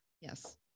Yes